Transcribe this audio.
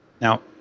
Now